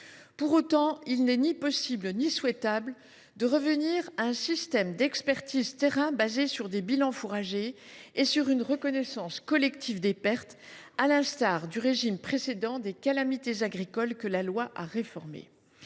Pour autant, il n’est ni possible ni souhaitable de revenir à un système d’expertise de terrain basé sur des bilans fourragers et sur une reconnaissance collective des pertes, à l’instar du régime précédent des calamités agricoles, que la loi a réformé.